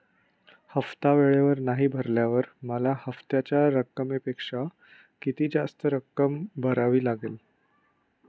हफ्ता वेळेवर नाही भरल्यावर मला हप्त्याच्या रकमेपेक्षा किती जास्त रक्कम भरावी लागेल?